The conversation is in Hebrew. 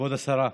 כבוד השרה,